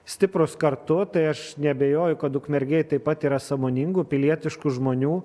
stiprūs kartu tai aš neabejoju kad ukmergėj taip pat yra sąmoningų pilietiškų žmonių